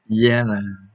ya lah